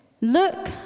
Look